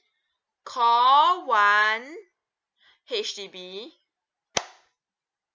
call one H_D_B